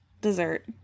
Dessert